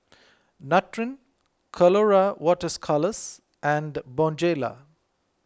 Nutren Colora Waters Colours and Bonjela